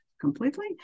completely